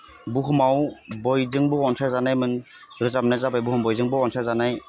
बुहुमाव बयजोंबो अनसायजानाय रोजाबनाया जाबाय बुहुम बयजोंबो अनसायजानाय